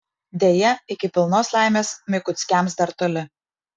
deja iki pilnos laimės mikuckiams dar toli